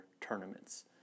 tournaments